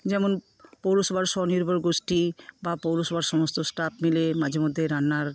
যেমন পৌরসভার স্বনির্ভর গোষ্ঠী বা পৌরসভার সমস্ত স্টাফ মিলে মাঝে মধ্যে রান্নার